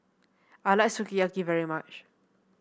I like Sukiyaki very much